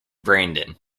brandon